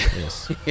Yes